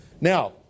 Now